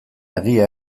egia